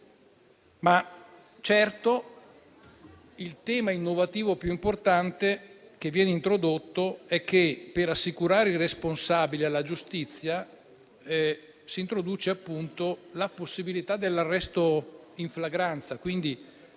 Il tema innovativo più importante che viene introdotto è certamente che, per assicurare i responsabili alla giustizia, si introduce appunto la possibilità dell'arresto in flagranza.